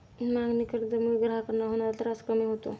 मागणी कर्जामुळे ग्राहकांना होणारा त्रास कमी होतो